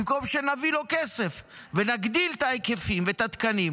במקום שנביא לו כסף ונגדיל את ההיקפים ואת התקנים,